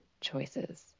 choices